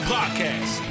Podcast